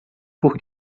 por